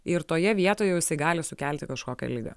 ir toje vietoje jau jisai gali sukelti kažkokią ligą